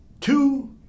two